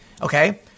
okay